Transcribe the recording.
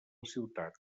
ciutat